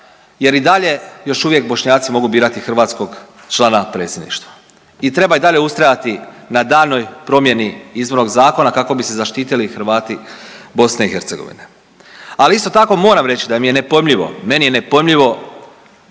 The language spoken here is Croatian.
jer i dalje još uvijek Bošnjaci mogu birati hrvatskog člana Predsjedništva i treba i dalje ustrajati na daljnjoj promjeni Izbornog zakona kako bi se zaštitili Hrvati Bosne i Hercegovine. Ali isto tako moram reći da mi je nepojmljivo, meni je nepojmljivo